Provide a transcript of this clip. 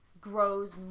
grows